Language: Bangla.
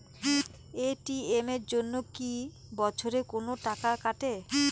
এ.টি.এম এর জন্যে কি বছরে কোনো টাকা কাটে?